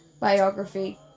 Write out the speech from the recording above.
biography